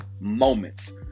moments